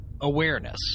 awareness